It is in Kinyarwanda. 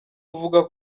uvuga